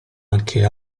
anche